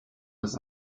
das